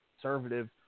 conservative